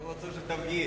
לא רצו שתגיע.